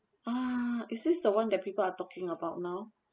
ah is this the one that people are talking about now